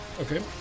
Okay